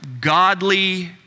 godly